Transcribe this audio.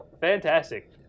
Fantastic